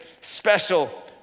special